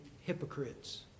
hypocrites